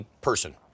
person